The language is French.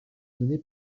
donnée